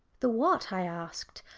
the what? i asked.